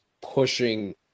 pushing